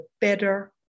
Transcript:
better